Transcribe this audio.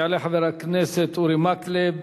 יעלה חבר הכנסת אורי מקלב,